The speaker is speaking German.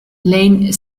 lane